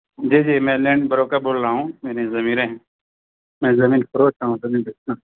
جی جی میں land broker بول رہا ہوں میری زمینیں ہیں میں زمین خریدتا ہوں زمین بیچتا ہوں